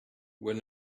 were